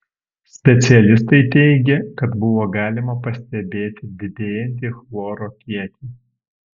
specialistai teigė kad buvo galima pastebėti didėjantį chloro kiekį